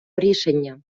рішення